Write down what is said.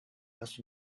passe